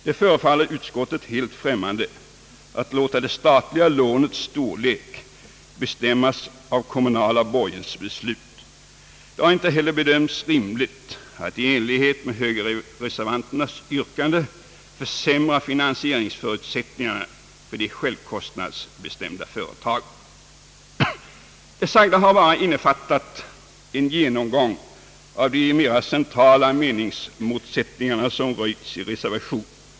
Det förefaller utskottet helt främmande att låta det statliga lånets storlek bestämmas av kommunala borgensbeslut. Det har inte heller bedömts rimligt att i enlighet med högerreservanternas yrkande försämra finansieringsförutsättningarna för de självkostnadsbestämda företagen. Det här sagda har bara innefattat en genomgång av de mera centrala meningsmotsättningarna som röjts i reservationerna.